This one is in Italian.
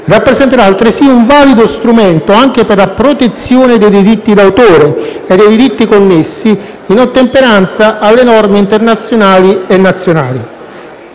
rappresenterà altresì un valido strumento anche per la protezione dei diritti d'autore e dei diritti connessi, in ottemperanza alle norme internazionali e nazionali.